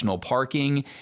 Parking